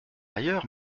ailleurs